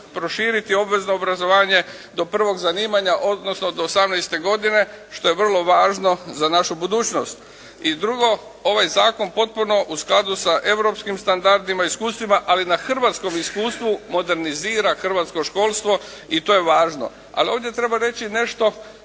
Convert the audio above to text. proširiti obvezno obrazovanje do prvog zanimanja odnosno do 18. godine što je vrlo važno za našu budućnost. I drugo, ovaj zakon potpuno u skladu sa europskim standardima, iskustvima ali na hrvatskom iskustvu modernizira hrvatsko školstvo i to je važno. Ali ovdje treba reći nešto